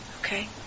okay